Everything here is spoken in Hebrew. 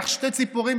תן לו.